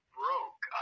broke